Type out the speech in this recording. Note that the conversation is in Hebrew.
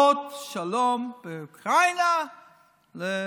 מעניין לעשות שלום בין אוקראינה לרוסיה.